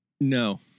No